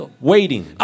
Waiting